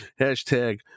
Hashtag